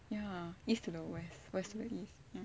ya east to the west west to the east